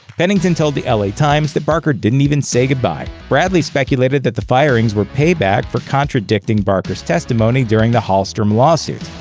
pennington told the la times that barker didn't even say goodbye. bradley speculated that the firings were payback for contradicting barker's testimony during the hallstrom lawsuit.